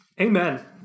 amen